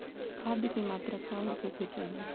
खाध के मात्रा का होखे के चाही?